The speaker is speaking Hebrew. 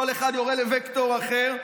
כל אחד יורה לווקטור אחר,